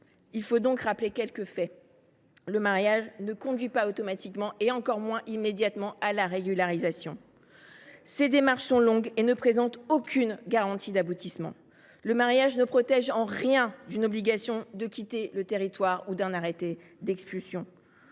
moi de rappeler quelques faits. Le mariage ne conduit pas automatiquement et encore moins immédiatement à la régularisation. Mais ça aide ! Les démarches nécessaires sont longues et ne présentent aucune garantie d’aboutissement. Le mariage ne protège en rien d’une obligation de quitter le territoire ni d’un arrêté d’expulsion.